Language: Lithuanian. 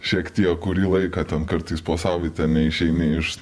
šiek tiek kurį laiką ten kartais po savaitę neišeini iš